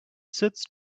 sits